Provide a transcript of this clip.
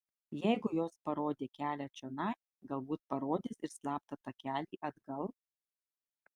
jeigu jos parodė kelią čionai galbūt parodys ir slaptą takelį atgal